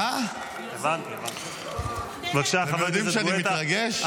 אתם יודעים שאני מתרגש?